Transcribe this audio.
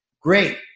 great